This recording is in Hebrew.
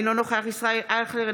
אינו נוכח ישראל אייכלר,